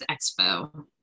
Expo